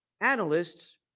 analysts